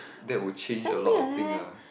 that would change a lot of thing ah